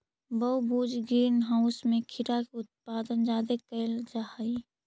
बहुभुज greenhouse में खीरा के उत्पादन जादे कयल जा हई